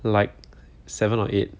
like seven or eight